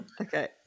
Okay